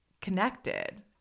connected